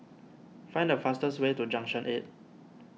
find the fastest way to Junction eight